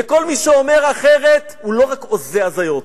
וכל מי שאומר אחרת, לא רק הוזה הזיות,